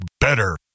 better